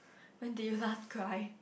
when did you last cry